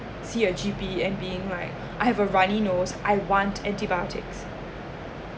see a G_P and being like I have a runny nose I want antibiotic